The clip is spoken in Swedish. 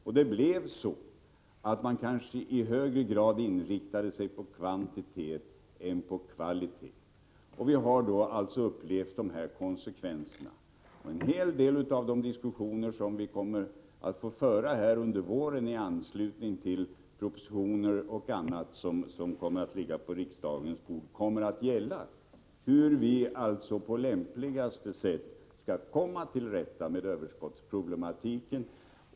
Man inriktade sig då i högre grad på kvantitet än på kvalitet. Vi har nu upplevt konsekvenserna av detta. En hel del av de diskussioner som vi kommer att få föra under våren i anslutning bl.a. till de propositioner som föreläggs riksdagen kommer att gälla hur vi på lämpligaste sätt skall komma till rätta med överskottsproblematiken.